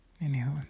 anyhow